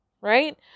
right